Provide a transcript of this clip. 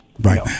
right